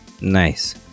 Nice